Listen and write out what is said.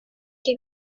che